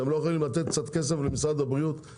אתם לא יכולים לתת למשרד הבריאות קצת